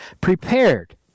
prepared